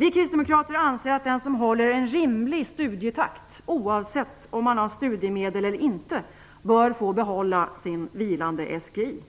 Vi kristdemokrater anser att den som håller en rimlig studietakt, oavsett om man har studiemedel eller inte, bör få behålla sin vilande SGI.